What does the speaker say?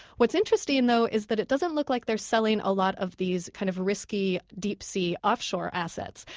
what's interesting though is that it doesn't look like they're selling a lot of these kind of risky deep sea offshore assets.